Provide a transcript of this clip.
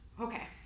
Okay